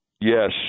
Yes